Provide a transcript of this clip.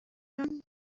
business